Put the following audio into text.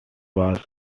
was